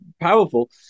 powerful